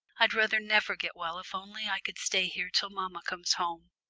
i'd rather never get well if only i could stay here till mamma comes home.